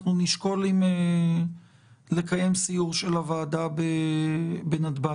נשקול אם לקיים סיור של הוועדה בנתב"ג.